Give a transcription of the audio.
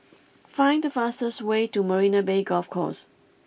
find the fastest way to Marina Bay Golf Course